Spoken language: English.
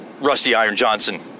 RustyIronJohnson